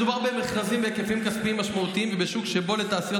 מדובר במכרזים בהיקפים כספיים משמעותיים ובשוק שבו לתעשיות